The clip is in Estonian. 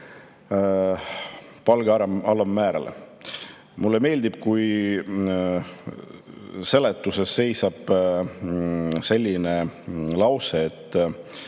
palga alammäärale. Mulle meeldib, kui seletuses seisab selline lause, et